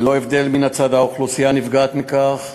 ללא הבדל מי האוכלוסייה הנפגעת מכך,